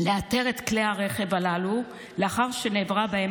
לאתר את כלי הרכב הללו לאחר שנעברה בהם